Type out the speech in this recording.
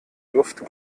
duft